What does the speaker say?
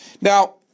Now